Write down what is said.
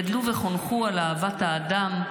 גדלו וחונכו על אהבת האדם,